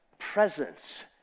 presence